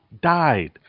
died